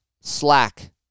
slack